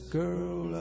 girl